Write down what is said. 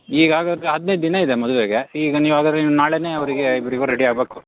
ಈಗ ಹಾಗಾದ್ರೆ ಹದಿನೈದು ದಿನ ಇದೆ ಮದುವೆಗೆ ಈಗ ನೀವು ಹಾಗಾದ್ರೆ ನೀವು ನಾಳೆನೆ ಅವರಿಗೆ ಇಬ್ಬರಿಗು ರೆಡಿ ಆಗಬೇಕು